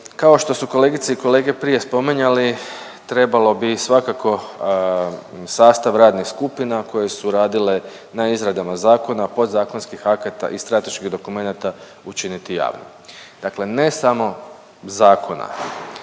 kao što su kolegice i kolege prije spominjali trebalo bi svakako sastav radnih skupina koje su radile na izradama zakona, podzakonskih akata i strateških dokumenata učiniti javnim, dakle ne samo zakona.